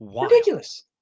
Ridiculous